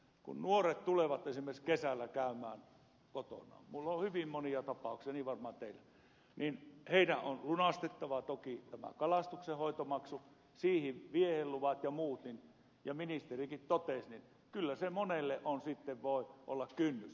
kun nuoret tulevat esimerkiksi kesällä käymään kotonaan minulla on hyvin monia tapauksia niin varmaan teilläkin heidän on lunastettava toki tämä kalastuksenhoitomaksu siihen vieheluvat ja muut niin ja ministerikin totesi kyllä se monelle voi sitten olla kynnys